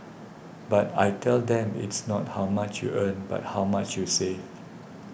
but I tell them it's not how much you earn but how much you save